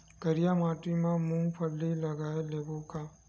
करिया माटी मा मूंग फल्ली लगय लेबों का?